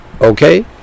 Okay